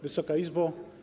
Wysoka Izbo!